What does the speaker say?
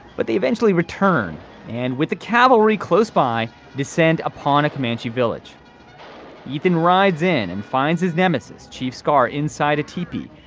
but they eventually return and with the cavalry close by descend upon a comanche village ethan rides in and finds his nemesis chief scar inside a teepee.